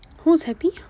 who's happy